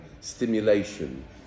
stimulation